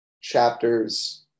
chapters